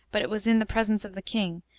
but it was in the presence of the king,